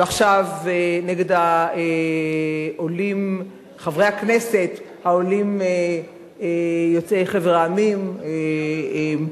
ועכשיו נגד חברי הכנסת העולים יוצאי חבר המדינות,